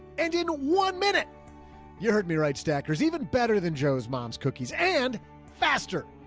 and in one minute you heard me right? stacker's even better than joe's mom's cookies and faster.